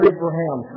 Abraham